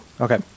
Okay